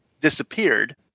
disappeared